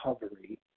recovery